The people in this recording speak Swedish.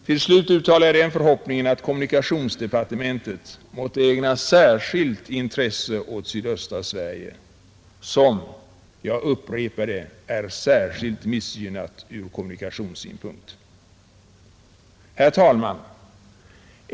Till slut uttalar jag den förhoppningen, att kommunikationsdepartementet måtte ägna särskilt intresse åt sydöstra Sverige, som — jag upprepar det — är särskilt missgynnat ur kommunikationssynpunkt. Herr talman!